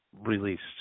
Released